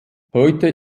heute